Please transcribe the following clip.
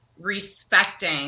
respecting